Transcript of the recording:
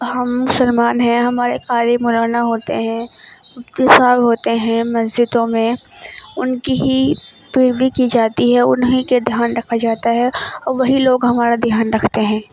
ہم مسلمان ہیں ہمارے قاری مولانا ہوتے ہیں مفتی صاحب ہوتے ہیں مسجدوں میں ان کی ہی پیروی کی جاتی ہے انہیں کے دھیان رکھا جاتا ہے اور وہی لوگ ہمارا دھیان رکھتے ہیں